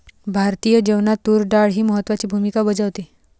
भारतीय जेवणात तूर डाळ ही महत्त्वाची भूमिका बजावते